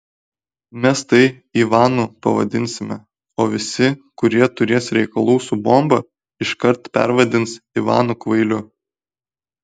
mes tai ivanu pavadinsime o visi kurie turės reikalų su bomba iškart pervadins ivanu kvailiu